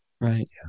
Right